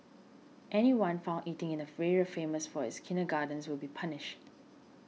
anyone found eating in an area famous for its kindergartens will be punished